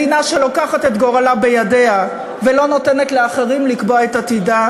מדינה שלוקחת את גורלה בידיה ולא נותנת לאחרים לקבוע את עתידה.